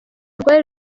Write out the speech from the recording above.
rwari